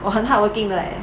我很 hardworking 的 leh